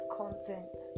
content